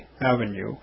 Avenue